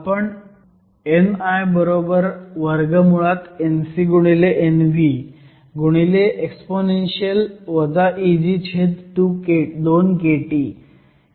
आपण ni NcNvexp Eg2kT हे समीकरण वापरू शकतो